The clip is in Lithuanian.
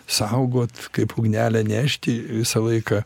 saugot kaip ugnelę nešti visą laiką